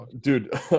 dude